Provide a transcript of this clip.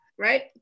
Right